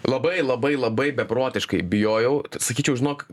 labai labai labai beprotiškai bijojau sakyčiau žinok